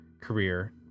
career